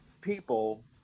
people